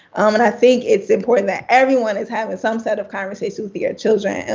um and i think it's important that everyone is having some set of conversations with your children, and